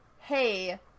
hey